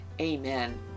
Amen